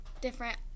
different